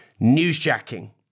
Newsjacking